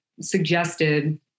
Suggested